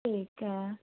ਠੀਕ ਹੈ